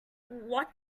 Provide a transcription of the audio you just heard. what